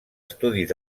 estudis